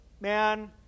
man